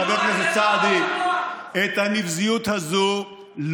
את הנבזיות הזאת,